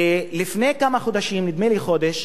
ולפני כמה חודשים, נדמה לי חודש,